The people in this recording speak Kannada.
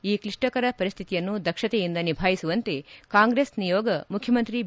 ಈ ಪರಿಸ್ಥಿತಿಯನ್ನು ದಕ್ಷತೆಯಿಂದ ನಿಭಾಯಿಸುವಂತೆ ಕಾಂಗ್ರೆಸ್ ನಿಯೋಗ ಮುಖ್ಯಮಂತ್ರಿ ಬಿ